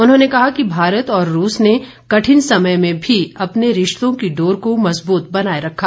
उन्होंने कहा कि भारत और रूस ने कठिन समय में भी अपने रिश्तों की डोर को मजबूत बनाए रखा